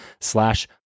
slash